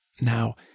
Now